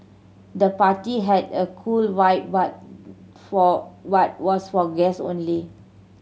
the party had a cool vibe but for but was for guests only